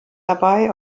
dabei